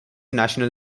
national